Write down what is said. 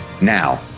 now